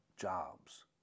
jobs